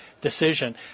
decision